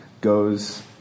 goes